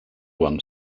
won